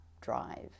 drive